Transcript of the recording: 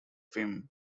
film